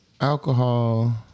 alcohol